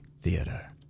Theater